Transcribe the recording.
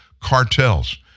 Cartels